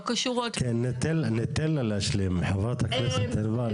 אבל ניתן לה להשלים, חברת הכנסת ענבר.